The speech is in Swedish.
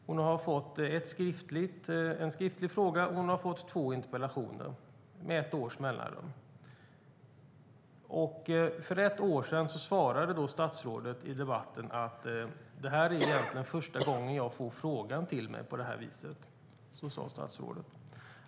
Hon har fått en skriftlig fråga och två interpellationer med ett års mellanrum. För ett år sedan svarade statsrådet i debatten: Det är egentligen första gången jag får frågan till mig på det här viset. Så sade statsrådet.